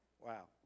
Wow